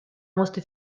musste